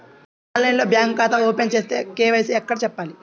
ఆన్లైన్లో బ్యాంకు ఖాతా ఓపెన్ చేస్తే, కే.వై.సి ఎక్కడ చెప్పాలి?